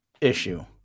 issue